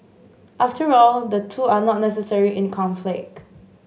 after all the two are not necessarily in conflict